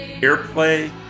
airplay